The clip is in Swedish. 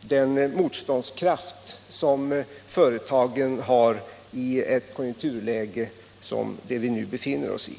den motståndskraft som företagen har i ett konjunkturläge som det vi nu befinner oss i.